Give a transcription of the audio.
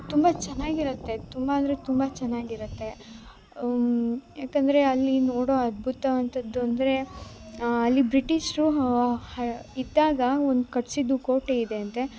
ತುಂಬ ಚೆನ್ನಾಗಿರತ್ತೆ ತುಂಬ ಅಂದರೆ ತುಂಬ ಚೆನ್ನಾಗಿರತ್ತೆ ಯಾಕಂದರೆ ಅಲ್ಲಿ ನೋಡೋ ಅದ್ಬುತ ಅಂಥದ್ದು ಅಂದರೆ ಅಲ್ಲಿ ಬ್ರಿಟಿಷರು ಇದ್ದಾಗ ಒಂದು ಕಟ್ಟಿಸಿದ್ದು ಕೋಟೆ ಇದೆ ಅಂತೆ